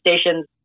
stations